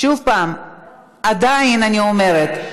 שוב, עדיין אני אומרת,